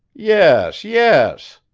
yes, yes,